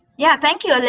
yeah, thank you,